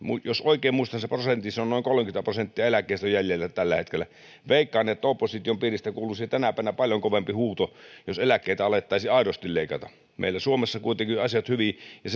jos oikein muistan sen prosentin noin kolmekymmentä prosenttia eläkkeistä on jäljellä tällä hetkellä veikkaan että opposition piiristä kuuluisi tänä päivänä paljon kovempi huuto jos eläkkeitä alettaisiin aidosti leikata meillä suomessa kuitenkin on asiat hyvin ja